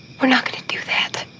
we're not going to do that.